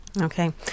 Okay